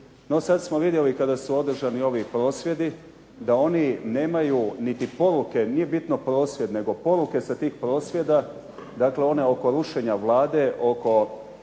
No sad smo vidjeli, kada su održani ovi prosvjedi, da oni nemaju niti poruke, nije bitno prosvjed nego poruke sa tih prosvjeda, dakle one oko rušenja Vlade, oko